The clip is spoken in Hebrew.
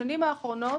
בשנים האחרונות